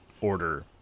Order